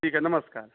ठीक है नमस्कार